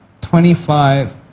Twenty-five